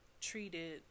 treated